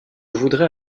voudrais